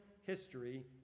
history